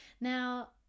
Now